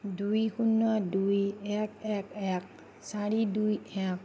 দুই শূন্য দুই এক এক এক চাৰি দুই এক